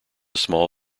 small